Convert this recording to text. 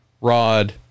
rod